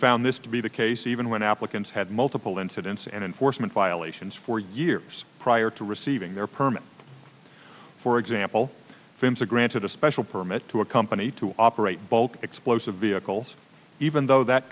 found this to be the case even when applicants had multiple incidents and enforcement violations four years prior to receiving their permit for example fans are granted a special permit to a company to operate bulk explosive vehicles even though that